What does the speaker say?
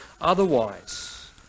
otherwise